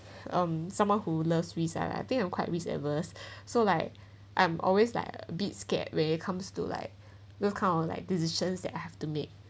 um someone who loves risk ah I think I'm quite risk averse so like I'm always like a bit scared when it comes to like those kind of like decisions that I have to make